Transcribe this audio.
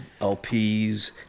LPs